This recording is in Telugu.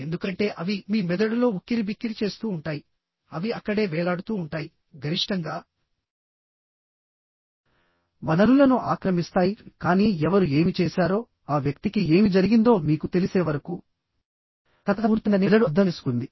ఎందుకంటే అవి మీ మెదడులో ఉక్కిరిబిక్కిరి చేస్తూ ఉంటాయి అవి అక్కడే వేలాడుతూ ఉంటాయి గరిష్టంగా వనరులను ఆక్రమిస్తాయి కానీ ఎవరు ఏమి చేశారో ఆ వ్యక్తికి ఏమి జరిగిందో మీకు తెలిసే వరకు కథ పూర్తయిందని మెదడు అర్థం చేసుకుంటుంది